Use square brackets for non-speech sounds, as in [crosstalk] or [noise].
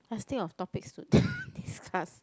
must think of topics to [laughs] discuss